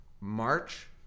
March